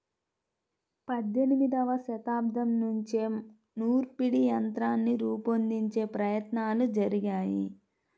పద్దెనిమదవ శతాబ్దం నుంచే నూర్పిడి యంత్రాన్ని రూపొందించే ప్రయత్నాలు జరిగాయి